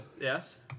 Yes